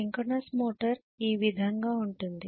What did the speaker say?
synchronous motor ఈ విధంగా ఉంటుంది